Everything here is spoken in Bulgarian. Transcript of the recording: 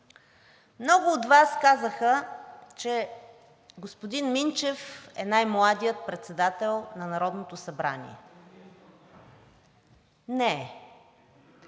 Много от Вас казаха, че господин Минчев е най-младият председател на Народно събрание. Не е.